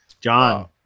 John